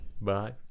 Bye